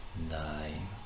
Nine